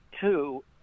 two